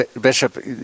Bishop